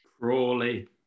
Crawley